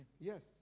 Yes